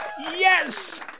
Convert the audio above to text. Yes